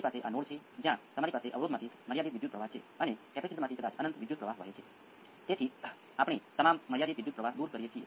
તો સાઇનુંસોઇડ્સની સંમતિ સાથે s s જટિલ અને રીઅલ ભાગ નેગેટિવ છે તમે મેળવો છો કે રીઅલ ભાગ પોજીટીવ છે તે આપણે મેળવીએ છીએ